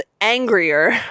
angrier